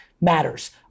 matters